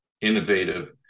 innovative